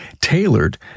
tailored